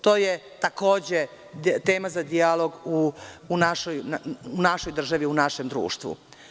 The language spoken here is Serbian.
To je takođe tema za dijalog u našoj državi, u našem društvu.